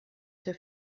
der